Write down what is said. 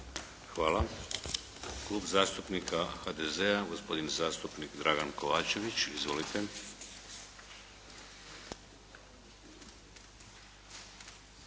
Hvala. Klub zastupnika HDZ-a, gospodin zastupnik Dragan Kovačević. Izvolite.